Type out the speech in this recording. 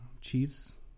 Chiefs